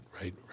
right